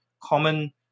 common